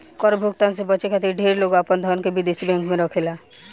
कर भुगतान से बचे खातिर ढेर लोग आपन धन के विदेशी बैंक में रखेला